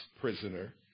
prisoner